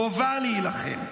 חובה להילחם.